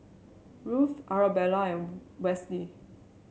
Ruth Arabella and Wesley